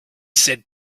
said